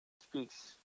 Speaks